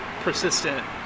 persistent